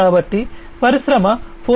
కాబట్టి ఇవన్నీ పరిశ్రమ 4